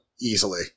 easily